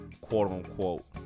quote-unquote